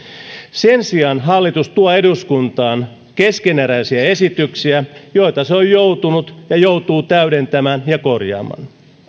sen sijaan hallitus tuo eduskuntaan keskeneräisiä esityksiä joita se on joutunut ja joutuu täydentämään ja korjaamaan